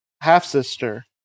half-sister